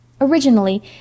Originally